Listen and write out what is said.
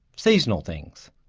seasonal things,